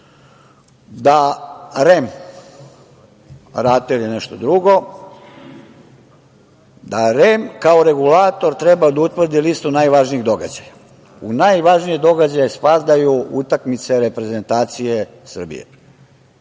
da REM kao regulator treba da utvrdi listu najvažnijih događaja. U najvažnije događaje spadaju utakmice reprezentacije Srbije.